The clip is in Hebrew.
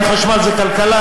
אם חשמל זה כלכלה,